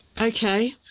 okay